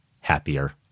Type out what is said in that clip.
happier